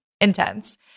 intense